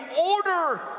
order